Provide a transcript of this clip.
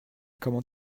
comment